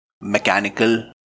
mechanical